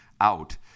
out